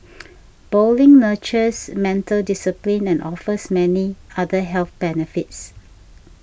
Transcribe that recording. bowling nurtures mental discipline and offers many other health benefits